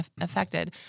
affected